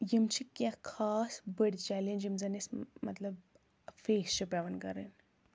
تہٕ یِم چھ کیٚنٛہہ خاص بٔڈۍ چَلینج یِم زَن ٲسۍ مطلب فیس چھُ پؠوان کرٕنۍ